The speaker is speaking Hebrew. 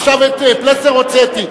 עכשיו את פלסנר הוצאתי.